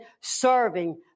serving